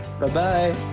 bye-bye